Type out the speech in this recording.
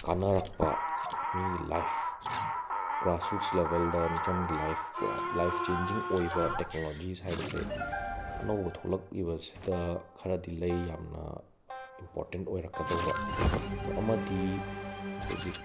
ꯀꯥꯅꯔꯛꯄ ꯃꯤ life grassroots ꯂꯦꯚꯦꯜꯗ ꯃꯤꯆꯝꯒꯤ ꯂꯥꯏꯐ ꯄꯨꯔꯥ ꯂꯥꯏꯐ ꯆꯦꯟꯖꯤꯡ ꯑꯣꯏꯕ ꯇꯦꯛꯅꯣꯂꯣꯖꯤꯁ ꯍꯥꯏꯕꯁꯦ ꯑꯅꯧꯕ ꯊꯣꯔꯛꯏꯤꯕꯁꯤꯗ ꯈꯔꯗꯤ ꯂꯩ ꯌꯥꯝꯅ ꯏꯝꯄꯣꯔꯇꯦꯟ꯭ꯠ ꯑꯣꯏꯔꯛꯀꯗꯧꯕ ꯑꯗꯣ ꯑꯃꯗꯤ ꯍꯧꯖꯤꯛ